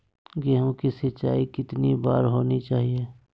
गेहु की सिंचाई कितनी बार होनी चाहिए?